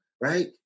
right